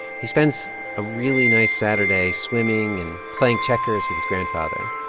he spends a really nice saturday swimming and playing checkers with his grandfather.